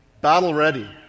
battle-ready